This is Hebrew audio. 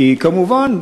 כמובן,